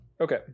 okay